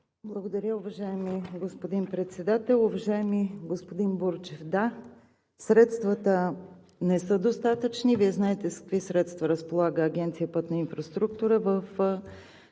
Благодаря, уважаеми господин Председател. Уважаеми господин Бурджев, да, средствата не са достатъчни. Вие знаете с какви средства разполага Агенция „Пътна инфраструктура“ в